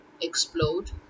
explode